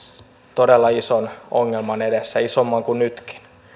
todella ison ongelman edessä isomman kuin nyt